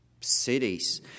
cities